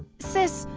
sis,